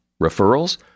Referrals